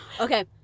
Okay